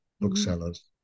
booksellers